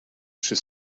she